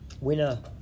winner